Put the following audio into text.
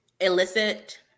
illicit